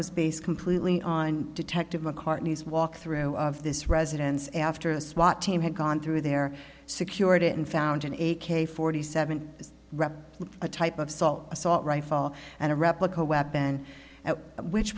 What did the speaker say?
was based completely on detective mccartney's walk through of this residence after a swat team had gone through there secured it and found in a k forty seven rep a type of salt assault rifle and a replica weapon at which